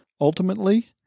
Ultimately